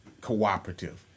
Cooperative